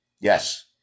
Yes